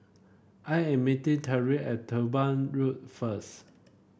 I am meeting Tyrin at Durban Road first